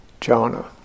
jhana